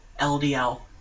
LDL